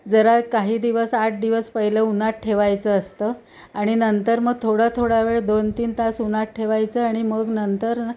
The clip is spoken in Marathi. जरा काही दिवस आठ दिवस पहिलं उन्हात ठेवायचं असतं आणि नंतर मग थोडा थोडा वेळ दोन तीन तास उन्हात ठेवायचं आणि मग नंतर